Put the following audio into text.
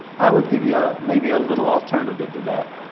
i would give you maybe a little alternative to that.